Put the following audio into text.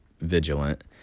vigilant